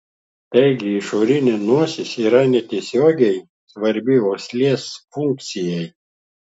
taigi išorinė nosis yra netiesiogiai svarbi uoslės funkcijai